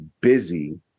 busy